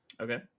okay